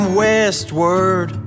westward